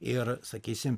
ir sakysim